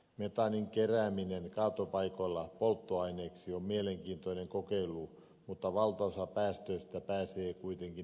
metaanin kerääminen kaatopaikoilla polttoaineeksi on mielenkiintoinen kokeilu mutta valtaosa päästöistä pääsee kuitenkin ilmaan